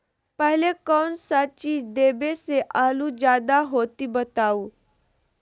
पहले कौन सा चीज देबे से आलू ज्यादा होती बताऊं?